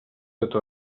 totes